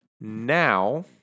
Now